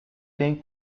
têm